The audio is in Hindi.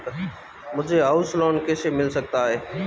मुझे हाउस लोंन कैसे मिल सकता है?